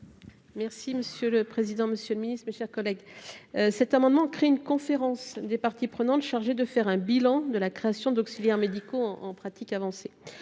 Merci monsieur le président, Monsieur le Ministre, mes chers collègues, cet amendement crée une conférence des parties prenantes, chargé de faire un bilan de la. Création d'auxiliaires médicaux en en pratique avancée